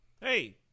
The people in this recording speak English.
hey